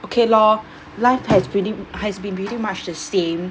okay lor life has pretty has been pretty much the same